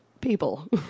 people